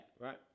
right